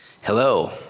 Hello